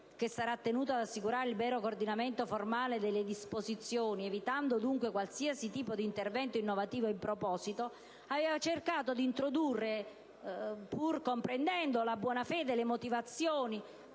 che sarà tenuto ad assicurare il mero coordinamento formale delle disposizioni, evitando dunque qualsiasi tipo di intervento innovativo in proposito, aveva cercato di introdurre - pur comprendendo la buona fede e le motivazioni